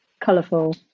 Colourful